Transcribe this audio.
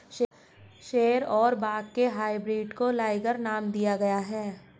शेर और बाघ के हाइब्रिड को लाइगर नाम दिया गया है